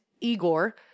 Igor